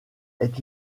est